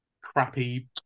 crappy